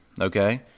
okay